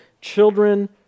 children